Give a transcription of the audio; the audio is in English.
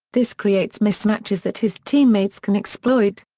this creates mismatches that his teammates can exploit.